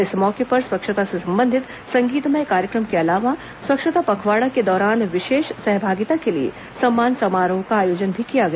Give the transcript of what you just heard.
इस मौके पर स्वच्छता से संबंधित संगीतमय कार्यक्रम के अलावा स्वच्छता पखवाड़ा के दौरान विशेष सहभागिता के लिए सम्मान समारोह का आयोजन भी किया गया